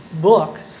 book